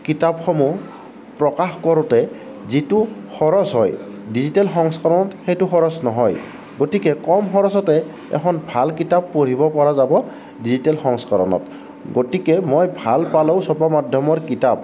কিতাপসমূহ প্ৰকাশ কৰোতে যিটো খৰচ হয় ডিজিটেল সংস্কৰণত সেইটো খৰচ নহয় গতিকে কম খৰচতে এখন ভাল কিতাপ পঢ়িব পৰা যাব ডিজিটেল সংস্কৰণত গতিকে মই ভাল পালেও ছপা মাধ্যমৰ কিতাপ